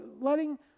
Letting